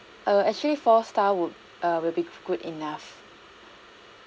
err actually four star would err would be good enough